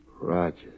Rogers